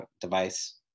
device